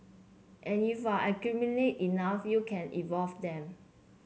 and if you accumulate enough you can evolve them